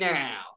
now